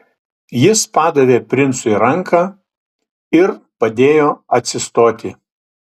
jis padavė princui ranką ir padėjo atsistoti